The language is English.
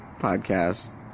podcast